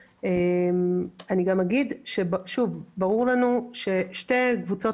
אני גם אגיד שוב שברור לנו ששתי קבוצות